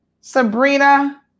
Sabrina